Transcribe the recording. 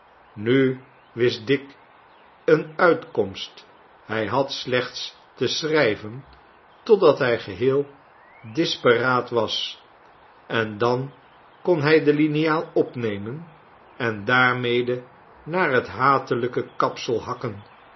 nu wist dick eene uitkomst hij had slechts te schrijven totdat hij geheel disperaat was en dan kon hij de liniaal opnemen en daarmede naar het hatelijke kapsel hakken